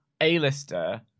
A-lister